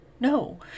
No